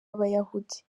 abayahudi